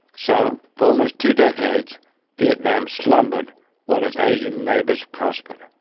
so for almost two decades vietnam slumbered while its asian neighbours prospered.